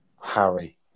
Harry